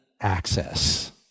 access